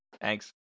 Thanks